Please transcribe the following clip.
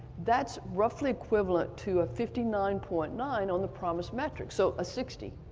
that's roughly equivalent to a fifty nine point nine on the promis metrics, so a sixty,